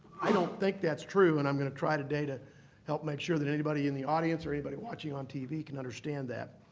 i don't think that's true and i'm going to try today to help make sure that anybody in the audience or anybody watching on tv can understand that.